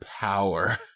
power